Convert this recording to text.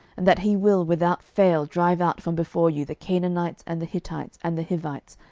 and that he will without fail drive out from before you the canaanites, and the hittites, and the hivites,